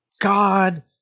God